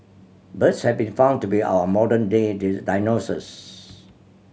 birds have been found to be our modern day dinosaurs